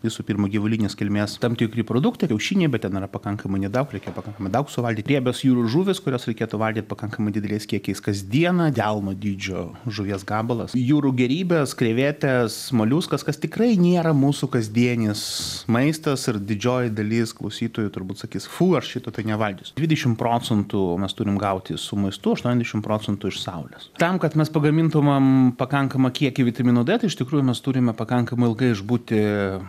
visų pirma gyvulinės kilmės tam tikri produktai kiaušiniai bet ten yra pakankamai nedaug reikia pakankamai daug suvalgyt riebios jūrų žuvys kurias reikėtų valgyt pakankamai dideliais kiekiais kasdieną delno dydžio žuvies gabalas jūrų gėrybės krevetės moliuskas kas tikrai nėra mūsų kasdienis maistas ar didžioji dalis klausytojų turbūt sakys fu aš šito tai nevalgysiu dvidešim procentų mes turim gauti su maistu aštuoniasdešim procentų iš saulės tam kad mes pagamintumem pakankamą kiekį vitamino d tai iš tikrųjų mes turime pakankamai ilgai išbūti